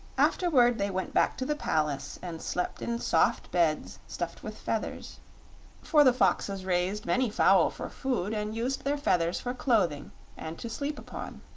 afterward they went back to the palace and slept in soft beds stuffed with feathers for the foxes raised many fowl for food, and used their feathers for clothing and to sleep upon.